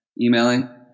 emailing